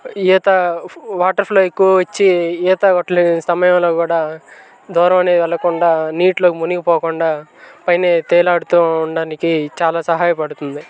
ఈత water flow ఎక్కువ వచ్చి ఈత కొట్టలేని సమయంలో కూడా దూరంనే వెళ్ళకుండా నీటిలో మునిగిపోకుండా పైన తేలి ఆడుతూ ఉండడానికి చాలా సహాయపడుతుంది